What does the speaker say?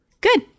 Good